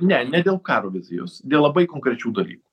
ne ne dėl karo vizijos dėl labai konkrečių dalykų